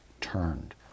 turned